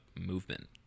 movement